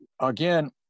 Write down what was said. again